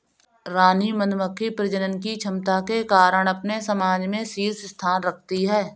रानी मधुमक्खी प्रजनन की क्षमता के कारण अपने समाज में शीर्ष स्थान रखती है